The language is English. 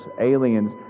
aliens